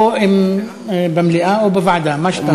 או דיון במליאה או בוועדה, מה שאתה רוצה.